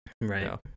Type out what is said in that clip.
Right